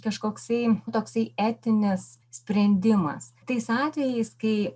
kažkoksai toksai etinis sprendimas tais atvejais kai